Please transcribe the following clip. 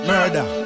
Murder